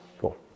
Cool